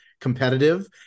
competitive